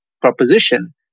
proposition